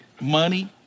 money